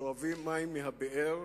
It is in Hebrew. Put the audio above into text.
שואבים מים מהבאר,